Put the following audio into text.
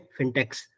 fintechs